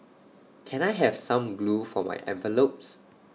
can I have some glue for my envelopes